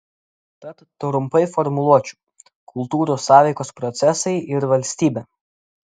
tad trumpai formuluočiau kultūrų sąveikos procesai ir valstybė